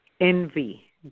Envy